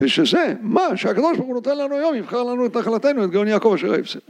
ושזה מה שהקדוש-ברוך-הוא נותן לנו היום יבחר לנו את נחלתנו את גאון יעקב אשר אהב סלה